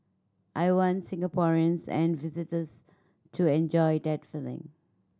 I want Singaporeans and visitors to enjoy that feeling